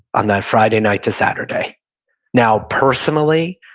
on that friday night to saturday now, personally,